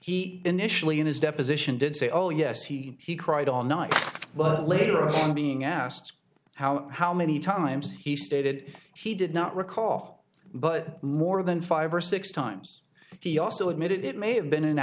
he initially in his deposition did say oh yes he he cried all night but later on being asked how how many times he stated he did not recall but more than five or six times he also admitted it may have been an